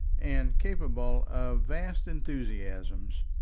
and capable of vast enthusiasm